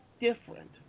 different